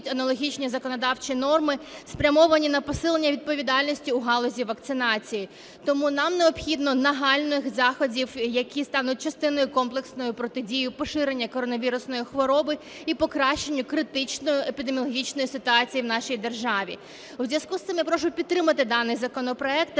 аналогічні законодавчі норми, спрямовані на посилення відповідальності у галузі вакцинації. Тому нам необхідно нагальних заходів, які стануть частиною комплексної протидії поширенню коронавірусної хвороби і покращенню критичної епідеміологічної ситуації в нашій державі. У зв'язку з цим я прошу підтримати даний законопроект та